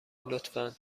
لطفا